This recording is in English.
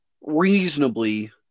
reasonably